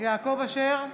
יעקב אשר,